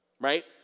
right